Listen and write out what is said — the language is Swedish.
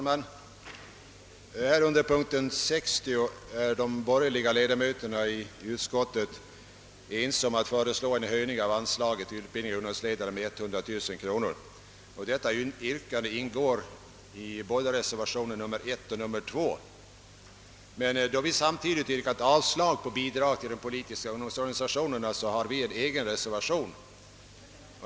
Herr talman! Under punkt 60 är de borgerliga ledamöterna i utskottet eniga om att föreslå en höjning av anslaget Utbildning av ungdomsledare med 100 000 kronor. Detta yrkande ingår i både reservationen F1 och reservationen F 2; då vi samtidigt yrkat avslag på bidrag till de politiska ungdomsorganisationerna har vi emellertid en egen reservation.